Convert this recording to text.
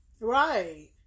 Right